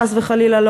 חס וחלילה,